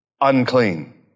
unclean